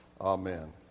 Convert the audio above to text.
amen